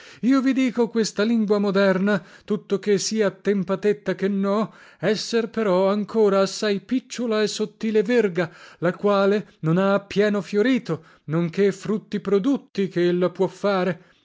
io vi dico questa lingua moderna tutto che sia attempatetta che no esser però ancora assai picciola e sottile verga la quale non ha appieno fiorito non che frutti produtti che ella può fare